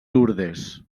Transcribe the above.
lourdes